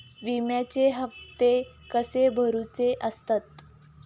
विम्याचे हप्ते कसे भरुचे असतत?